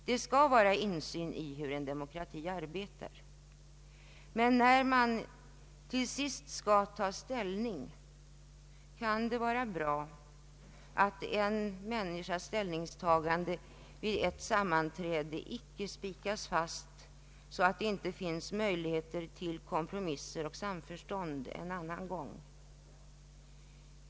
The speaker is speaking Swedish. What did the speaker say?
Det skall vara insyn i hur en demokrati arbetar, men när man till sist skall ta ställning, kan det vara bra att en människas ställningstagande vid ett sammanträde icke låses fast så att det ej finns möjlighet till kompromisser och samförstånd en annan gång.